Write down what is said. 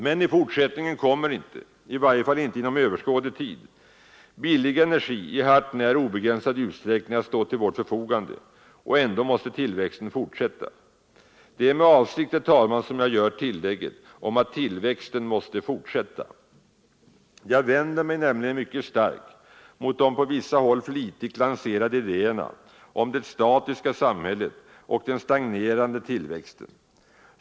Men i fortsättningen kommer inte — i varje fall inte inom överskådlig tid — billig energi i hart när obegränsad utsträckning att stå till vårt förfogande, och ändå måste tillväxten fortsätta. Det är med avsikt, herr talman, som jag gör tillägget om att tillväxten måste fortsätta. Jag vänder mig nämligen mycket starkt mot de på vissa håll flitigt lanserade idéerna om det statiska samhället och den stagnerande tillväxten.